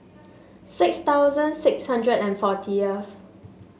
six thousand six hundred and forty